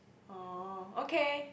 orh okay